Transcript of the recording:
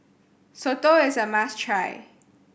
soto is a must try